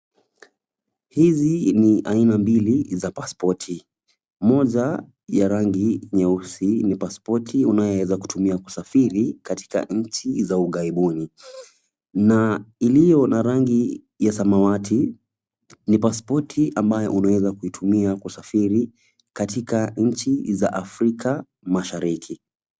Hizi ni aina mbili za pasipoti, moja ya rangi nyeusi ni pasipoti unayeweza kusafiri katika nchi za Ughaibuni. Na iliyo na rangi ya samawati ni pasipoti ambayo unaweza kuitumia kusafiri katika nchi za Afrika Mashariki.